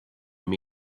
what